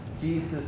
Jesus